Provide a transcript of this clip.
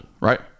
right